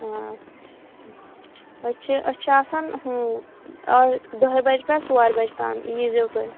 أسۍ چھِ أسۍ چھ و دَہِہ بَجہِ پٮ۪ٹھ ژورِ بَجہِ تام یی زیو